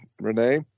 Renee